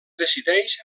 decideix